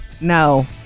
no